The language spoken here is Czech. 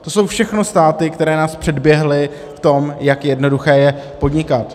To jsou všechno státy, které nás předběhly v tom, jak jednoduché je podnikat.